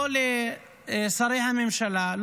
לא לשרי הממשלה,